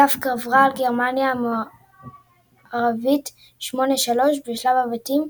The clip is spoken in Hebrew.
היא אף גברה על גרמניה המערבית 8 - 3 בשלב הבתים,